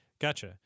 gotcha